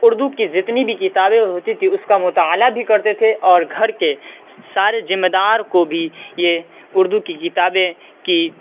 اردو کی جتنی بھی کتابیں ہوتی تھی اس کا مطالعہ بھی کرتے تھے اور گھر کے سارے ذمہ دار کو بھی یہ اردو کی کتابیں کی